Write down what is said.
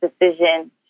decision